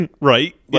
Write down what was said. Right